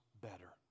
better